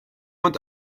und